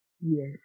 Yes